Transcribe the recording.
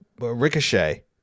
Ricochet